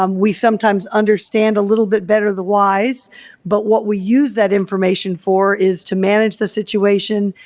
um we sometimes understand a little bit better the whys but what we use that information for is to manage the situation,